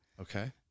Okay